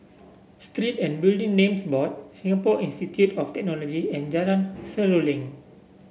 Street and Building Names Board Singapore Institute of Technology and Jalan Seruling